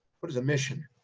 what is a mission?